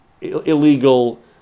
illegal